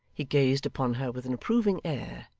he gazed upon her with an approving air,